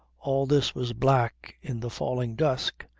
all this was black in the falling dusk,